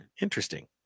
Interesting